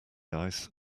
ice